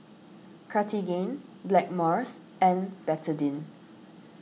Cartigain Blackmores and Betadine